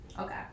Okay